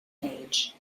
age